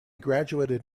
graduated